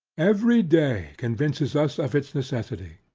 every day convinces us of its necessity.